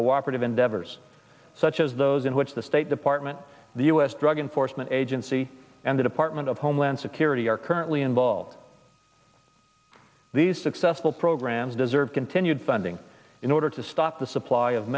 cooperative endeavors such as those in which the state department the u s drug enforcement agency and the department of homeland security are currently involved in these successful programs deserve continued funding in order to stop the supply of